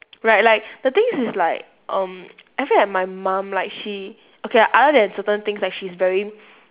right like the thing is like um I feel that my mum like she okay like other than certain things like she's very